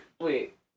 wait